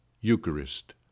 Eucharist